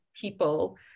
people